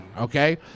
okay